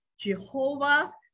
Jehovah